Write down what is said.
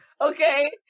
Okay